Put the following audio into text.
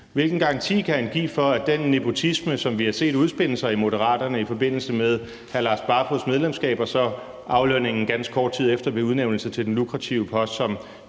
Hvilken garanti kan han give for, at den nepotisme, som vi har set udspille sig i Moderaterne i forbindelse med hr. Lars Barfoeds medlemskab og så aflønningen ganske kort tid efter ved udnævnelsen til den lukrative post som